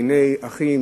לעיני אחים,